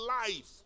life